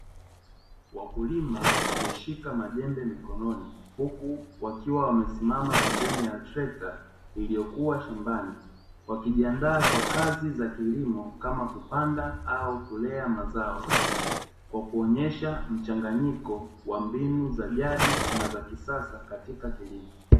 Wakulima wameshika majembe mikononi huku wakiwa wamesimama pembeni ya trekta iliyokuwa shambani, wakijiandaa kwa kazi za kilimo Kama kupanda au kulea mazao, kwa kuonesha mchanganyiko wa mbinu za jadi na za kisasa katika kilimo.